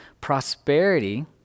prosperity